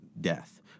death